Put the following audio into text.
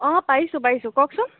অ' পাইছোঁ পাইছোঁ কওকচোন